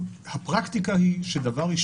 החקיקה.